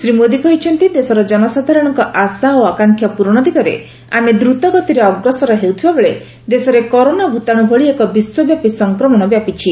ଶ୍ରୀ ମୋଦୀ କହିଛନ୍ତି ଦେଶର ଜନସାଧାରଣଙ୍କ ଆଶା ଓ ଆକାଂକ୍ଷା ପ୍ରରଣ ଦିଗରେ ଆମେ ଦ୍ରତଗତିରେ ଅଗ୍ରସର ହେଉଥିବାବେଳେ ଦେଶରେ କରୋନା ଭୂତାଣୁ ଭଳି ଏକ ବିଶ୍ୱବ୍ୟାପୀ ସଂକ୍ରମଣ ବ୍ୟାପିଛି